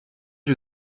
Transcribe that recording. you